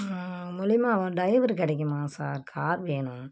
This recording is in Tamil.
உங்கள் மூலிமா ஒரு டைவர் கிடைக்குமா சார் கார் வேணும்